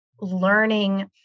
learning